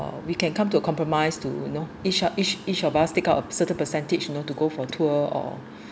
uh we can come to a compromise to you know each each each of us take out a certain percentage you know to go for tour or